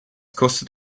kostet